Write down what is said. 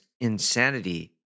insanity